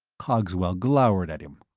cogswell glowered at him.